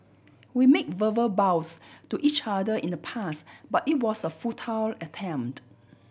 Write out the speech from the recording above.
we made verbal vows to each other in the past but it was a futile attempt